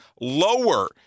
lower